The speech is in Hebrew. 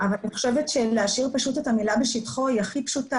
אני חושבת שלהשאיר את המילה "בשטחו", זה הכי פשוט.